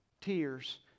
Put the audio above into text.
tears